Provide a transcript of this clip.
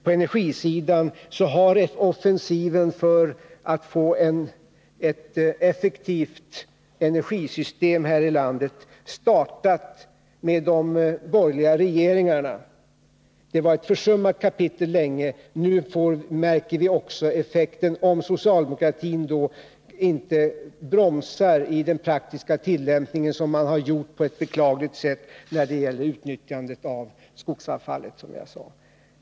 På energisidan har offensiven för att få ett effektivt energisystem här i landet startat med de borgerliga regeringarna. Det var länge ett försummat kapitel. Nu märker vi också effekten, om inte socialdemokratin bromsar i fråga om den praktiska tillämpningen, som man har gjort på ett beklagligt sätt när det gäller utnyttjandet av skogsavfallet, som jag sade.